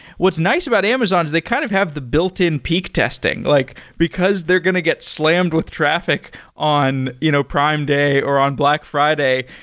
what's nice about amazon is they kind of have the built-in peak testing, like because they're going to get slammed with traffic on you know prime day, or on black friday,